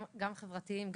גם חברתיים,